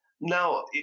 Now